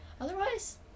Otherwise